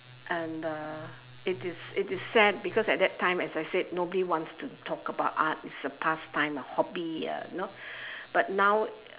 and uh it is it is sad because at that time as I said nobody wants to talk about art it's a pass time a hobby a you know but now